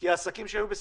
כי העסקים שהיו בסיכון,